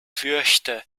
fürchte